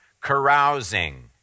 carousing